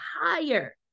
higher